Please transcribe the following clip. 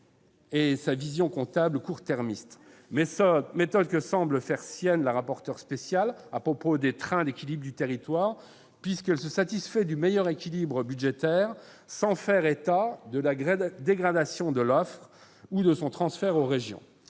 a une vision comptable court-termiste. Mme la rapporteure spéciale semble faire sienne une telle méthode à propos des trains d'équilibre du territoire, puisqu'elle se satisfait du meilleur équilibre budgétaire sans faire état de la dégradation de l'offre ou de son transfert aux régions.